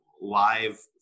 live